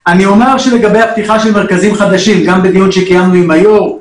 לגבי הפתיחה של מרכזים חדשים גם בדיון שקיימתי עם היו"ר,